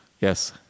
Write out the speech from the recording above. Yes